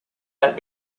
had